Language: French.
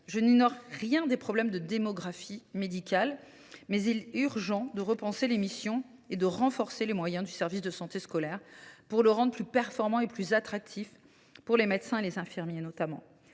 Je n’ignore rien des problèmes de démographie médicale, mais il est urgent de repenser les missions et de renforcer les moyens du service de santé scolaire pour le rendre plus performant et plus attractif pour les médecins et les infirmiers.